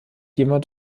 jemand